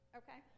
okay